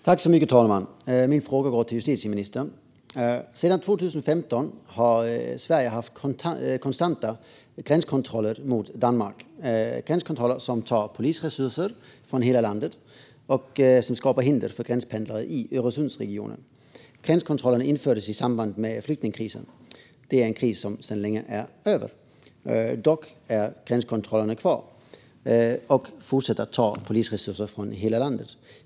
Fru talman! Min fråga går till justitieministern. Sedan 2015 har Sverige haft konstanta gränskontroller mot Danmark. Det är gränskontroller som tar polisresurser från hela landet och som skapar hinder för gränspendlare i Öresundsregionen. Gränskontrollerna infördes i samband med flyktingkrisen. Det är en kris som sedan länge är över. Dock är gränskontrollerna kvar, och de fortsätter att ta polisresurser från hela landet.